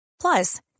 Plus